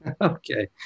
Okay